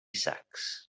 sacks